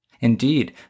Indeed